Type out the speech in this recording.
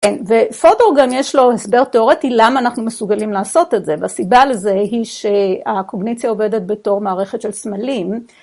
כן, ופוטור גם יש לו הסבר תיאורטי למה אנחנו מסוגלים לעשות את זה, והסיבה לזה היא שהקוגניציה עובדת בתור מערכת של סמלים.